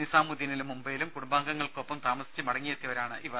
നിസാമുദ്ദീനിലും മുംബൈയിലും കുടുംബാംഗങ്ങൾക്കൊപ്പം താമസിച്ച് മടങ്ങിയെത്തിയവരാണ് ഇവർ